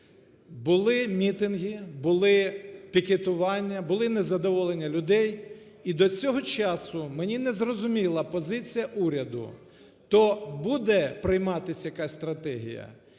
Були мітинги, були пікетування, були незадоволення людей. І до цього часу мені незрозуміла позиція уряду, то буде прийматися якась стратегія,